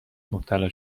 مبتلا